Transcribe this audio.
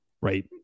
right